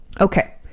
Okay